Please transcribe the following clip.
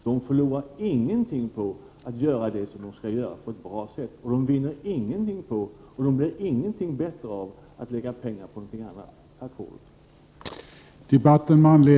De förlorar ingenting på att göra det som de skall göra på ett bra sätt, och de vinner ingenting på och blir inte bättre av att lägga pengar på något annat. Tack för ordet.